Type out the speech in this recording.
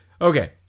Okay